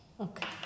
Okay